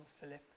Philip